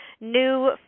new